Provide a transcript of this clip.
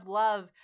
love